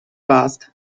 warst